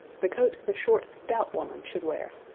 the coat the short stout woman should wear.